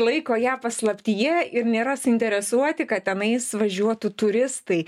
laiko ją paslaptyje ir nėra suinteresuoti kad tenais važiuotų turistai